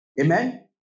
Amen